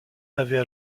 avaient